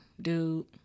dude